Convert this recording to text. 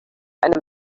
einem